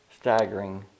staggering